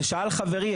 ושאל חברי,